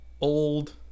old